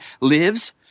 lives